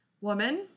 woman